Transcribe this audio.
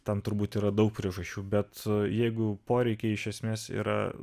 ten turbūt yra daug priežasčių bet jeigu poreikiai iš esmės yra